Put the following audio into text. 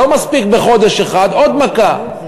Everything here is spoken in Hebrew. לא מספיק בחודש אחד, עוד מכה.